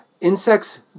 Insects